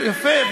יפה,